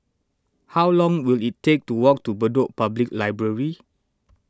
how long will it take to walk to Bedok Public Library